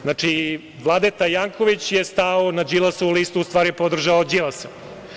Znači, Vladeta Janković je stao na Đilasovu listu, u stvari podržao je Đilasa.